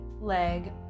leg